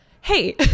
hey